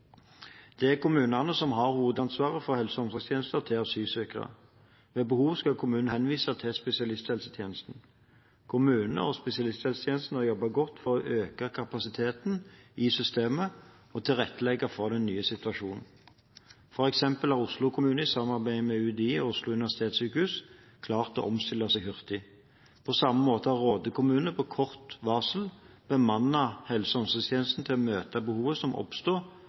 Det er kommunene som har hovedansvaret for helse- og omsorgstjenester til asylsøkere. Ved behov skal kommunen henvise til spesialisthelsetjenesten. Kommunene og spesialisthelsetjenesten jobber godt for å øke kapasiteten i systemet og tilrettelegge for den nye situasjonen. For eksempel har Oslo kommune i samarbeid med UDI og Oslo universitetssykehus klart å omstille seg hurtig. På samme måte har Råde kommune på kort varsel bemannet helse- og omsorgstjenesten til å møte behovet som oppstår,